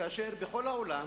כאשר בכל העולם